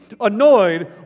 annoyed